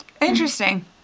Interesting